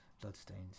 Bloodstains